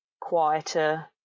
quieter